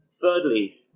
Thirdly